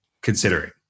considering